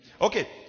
Okay